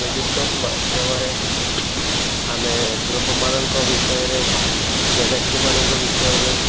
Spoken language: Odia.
ଟେଲିସ୍କୋପ୍ ମାଧ୍ୟମରେ ଆମେ ଗୃହମାନଙ୍କ ବିଷୟରେ ଗ୍ୟାଲେକ୍ସିମାନଙ୍କ ବିଷୟରେ